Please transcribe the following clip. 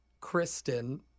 Kristen